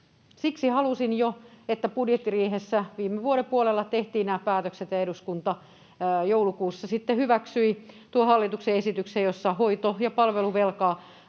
Siksi halusin, että budjettiriihessä jo viime vuoden puolella tehtiin nämä päätökset, ja eduskunta joulukuussa sitten hyväksyi tuon hallituksen esityksen, jossa hoito- ja palveluvelkaa